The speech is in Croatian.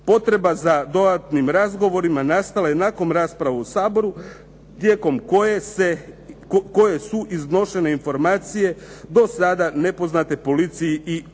Potreba za dodatnim razgovorima nastala je nakon rasprave u Saboru tijekom koje su iznošene informacije do sada nepoznate policiji i USKOK-u.